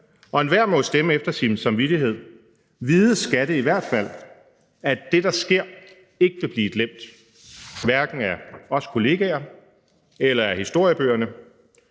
og enhver må jo stemme efter sin samvittighed. Vides skal det i hvert fald, at det, der sker, ikke vil blive glemt, hverken af os kollegaer eller af historiebøgerne.